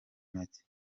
make